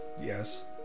Yes